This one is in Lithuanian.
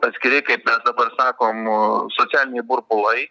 atskiri kaip mes dabar sakom socialiniai burbulai